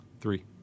Three